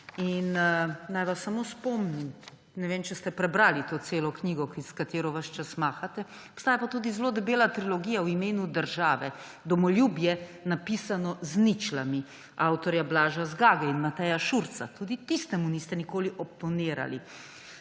Naj vas samo spomnim – ne vem, če ste prebrali to celo knjigo, s katero ves čas mahate, obstaja pa tudi zelo debela trilogija V imenu države, Domoljubje, napisano z ničlami avtorjev Blaža Zgage in Mateja Šarca tudi tistemu niste nikoli oponirali.